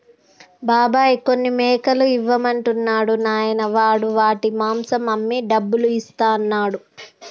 బాబాయ్ కొన్ని మేకలు ఇవ్వమంటున్నాడు నాయనా వాడు వాటి మాంసం అమ్మి డబ్బులు ఇస్తా అన్నాడు